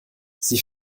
sie